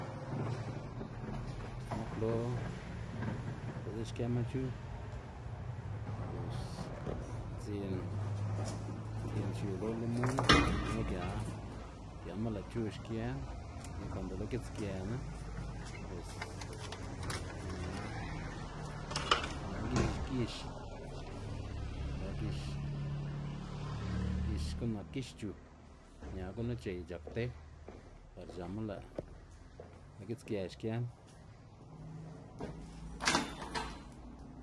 C̲h̲e nak lo bi'ltsa xkëma c̲h̲u bos dzin dzin xiu lo limon gunu gia giama lë' c̲h̲u xgen y kuando lo gitsgëna bos ña ña gix gix be lë gix gix gu'n nak gix c̲h̲u ña gunu c̲h̲ey c̲h̲ak te par c̲h̲ama lë' lë' gitsgë xgën.